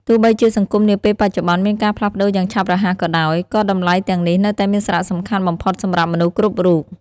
ទោះបីជាសង្គមនាពេលបច្ចុប្បន្នមានការផ្លាស់ប្តូរយ៉ាងឆាប់រហ័សក៏ដោយ ក៏តម្លៃទាំងនេះនៅតែមានសារៈសំខាន់បំផុតសម្រាប់មនុស្សគ្រប់រូប។